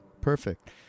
Perfect